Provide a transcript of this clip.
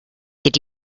did